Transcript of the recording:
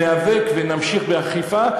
ניאבק ונמשיך באכיפה,